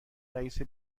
رئیس